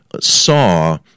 saw